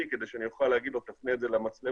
כדי שאני אוכל לומר לו שיפנה אותה למצלמה,